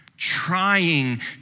trying